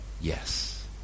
yes